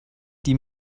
die